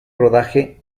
rodaje